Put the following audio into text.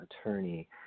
attorney